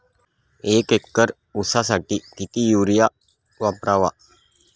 एक एकर ऊसासाठी किती युरिया वापरावा?